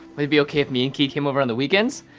would it be okay if me and ki came over on the weekends?